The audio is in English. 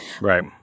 Right